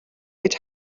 гэж